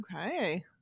Okay